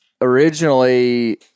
originally